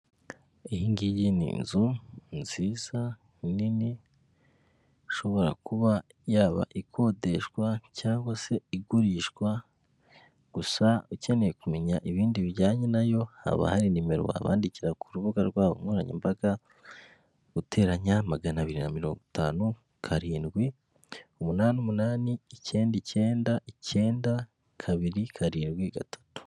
Iyi ngiyi ni inzu nziza nini ishobora kuba yaba ikodeshwa cyangwa se igurishwa, gusa ukeneye kumenya ibindi bijyanye n'ayo haba hari nimero wabandikira ku rubuga nkoranyambaga guteranya magana abiri na mirongo itanu karindwi umunani umunani icyenda icyenda icyenda kabiri karindwi gatatu.